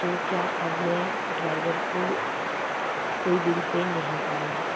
तो क्या अब मैं ड्राइवर को कोई बिल पे नहीं करूँगी